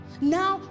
Now